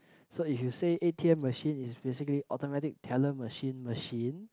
so if you say a_t_m machine it's physically automatic teller machine machine